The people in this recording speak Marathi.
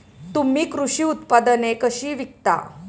तुम्ही कृषी उत्पादने कशी विकता?